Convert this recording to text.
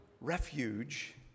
refuge